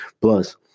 Plus